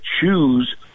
choose